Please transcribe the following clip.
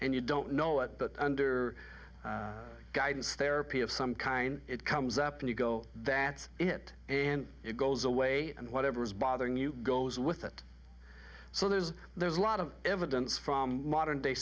and you don't know it but under guidance therapy of some kind it comes up and you go that's it and it goes away and whatever is bothering you goes with it so there's there's a lot of evidence from modern day